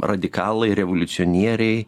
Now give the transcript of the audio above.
radikalai revoliucionieriai